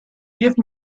give